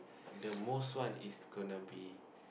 the most one is gonna be